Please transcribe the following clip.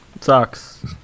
Sucks